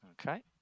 Okay